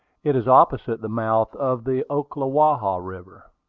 it is opposite the mouth of the ocklawaha river.